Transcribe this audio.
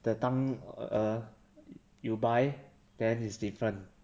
the time err you buy then is different